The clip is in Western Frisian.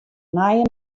nije